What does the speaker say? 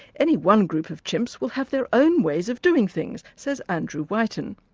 any one group of chimps will have their own ways of doing things, says andrew whiten.